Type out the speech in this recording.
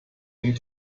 den